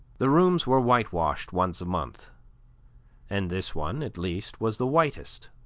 the rooms were whitewashed once a month and this one, at least, was the whitest,